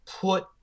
Put